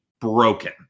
broken